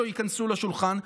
לא ייכנסו לשולחן,